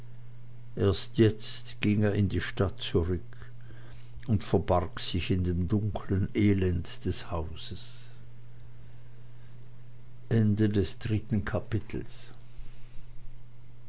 erst jetzt ging er in die stadt zurück und verbarg sich in dem dunklen elend des hauses